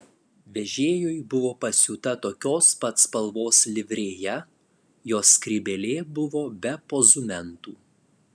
vežėjui buvo pasiūta tokios pat spalvos livrėja jo skrybėlė buvo be pozumentų